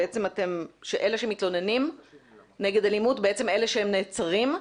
שאלה שמתלוננים נגד אלימות הם בעצם אלה שנעצרים.